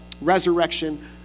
resurrection